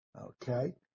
Okay